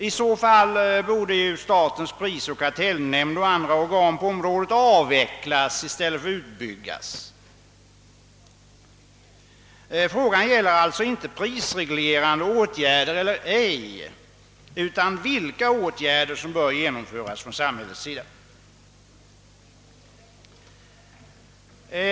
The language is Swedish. I så fall borde ju statens prisoch kartellnämnd och andra organ på området avvecklas i stället för att utbyggas. Frågan gäller alltså inte prisreglerande åtgärder eller ej utan vilka åtgärder som bör genomföras från samhällets sida.